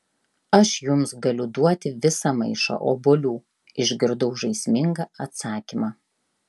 aš jums galiu duoti visą maišą obuolių išgirdau žaismingą atsakymą